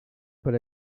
per